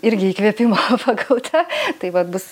irgi įkvėpimo pagauta tai vat bus